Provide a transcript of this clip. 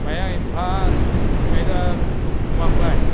ꯃꯌꯥꯡ ꯏꯝꯐꯥꯜ ꯀꯩꯔꯛ ꯋꯥꯕꯒꯥꯏ